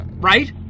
Right